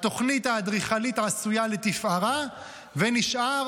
התוכנית האדריכלית עשויה לתפארה ונשאר